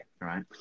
Right